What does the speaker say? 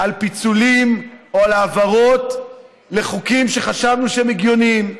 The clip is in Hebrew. על פיצולים או על העברות לחוקים שחשבנו שהם הגיוניים.